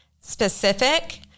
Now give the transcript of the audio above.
Specific